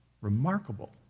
Remarkable